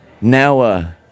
Now